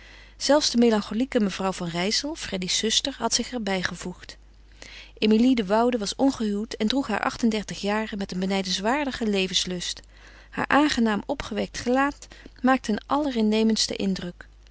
zelfs de melancholieke mevrouw van rijssel freddy's zuster had zich er bij gevoegd emilie de woude was ongehuwd en droeg haar acht-en-dertig jaren met een benijdenswaardigen levenslust haar aangenaam opgewekt gelaat maakte een allerinnemendsten indruk